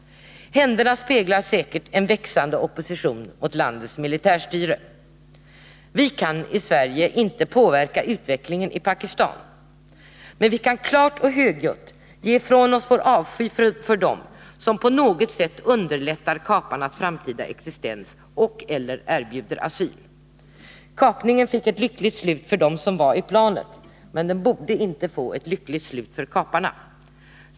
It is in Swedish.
Händelserna speglar säkert en växande opposition mot landets militärstyre. Vi kan i Sverige inte påverka utvecklingen i Pakistan. Men vi kan klart och högljutt ge uttryck för vår avsky för dem som på något sätt underlättar kaparnas framtida existens och/eller erbjuder asyl. Kapningen fick ett lyckligt slut för dem som var i planet. Men den borde inte få ett lyckligt slut för kaparna.